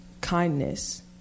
kindness